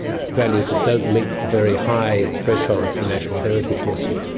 values that don't meet the very high thresholds for national heritage listing.